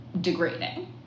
degrading